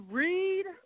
read